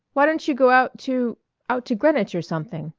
why don't you go out to out to greenwich or something?